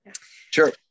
Sure